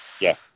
Yes